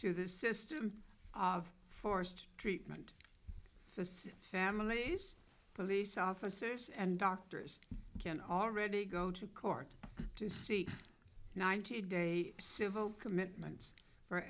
to the system of forced treatment as families police officers and doctors can already go to court to see ninety day civil commitments for